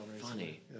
funny